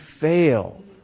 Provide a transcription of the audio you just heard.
fail